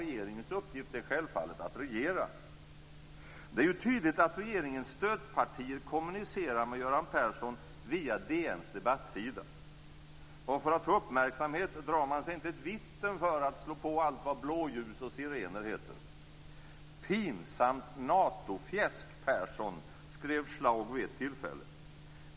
Regeringens uppgift är självfallet att regera. Det är tydligt att regeringens stödpartier kommunicerar med Göran Persson via DN:s debattsida. Och för att få uppmärksamhet drar man sig inte ett vitten för att slå på allt vad blåljus och sirener heter: Pinsamt Natofjäsk, Persson, skrev Schlaug vid ett tillfälle.